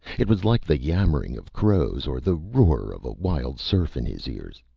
it was like the yammering of crows, or the roar of a wild surf in his ears.